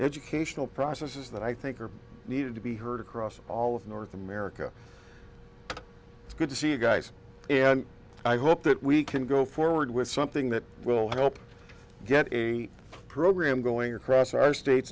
educational process is that i think are needed to be heard across all of north america it's good to see you guys and i hope that we can go forward with something that will help get a program going across our states